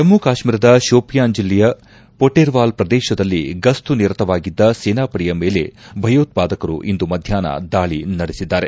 ಜಮ್ಮು ಕಾಶ್ನೀರದ ಶೋಪಿಯಾನ್ ಜಿಲ್ಲೆಯ ಪೊಟೆರ್ವಾಲ್ ಪ್ರದೇಶದಲ್ಲಿ ಗಸ್ತು ನಿರತವಾಗಿದ್ದ ಸೇನಾ ಪಡೆಯ ಮೇಲೆ ಭಯೋತ್ವಾದಕರು ಇಂದು ಮಧ್ಯಾಹ್ನ ದಾಳಿ ನಡೆಸಿದ್ದಾರೆ